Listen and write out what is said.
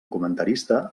comentarista